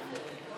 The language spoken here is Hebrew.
אני מאוד מודה לך.